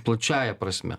plačiąja prasme